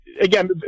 again